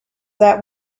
that